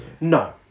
No